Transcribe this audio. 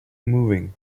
moving